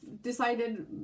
decided